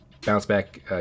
bounce-back